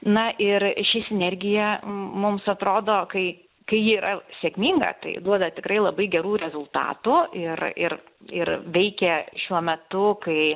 na ir ši sinergija mums atrodo kai kai ji yra sėkminga tai duoda tikrai labai gerų rezultatų ir ir ir veikia šiuo metu kai